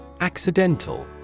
Accidental